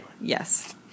Yes